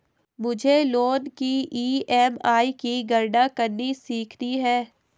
मुझे लोन की ई.एम.आई की गणना करनी सीखनी है